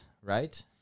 right